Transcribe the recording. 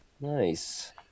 Nice